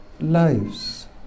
lives